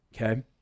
okay